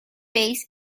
base